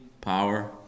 power